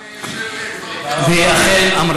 אחרי שטחנת אותי חצי שעה בשמירה, שעה.